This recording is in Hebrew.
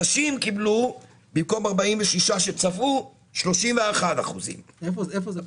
נשים קיבלו במקום 46% שצברו 31%. איפה זה קרה?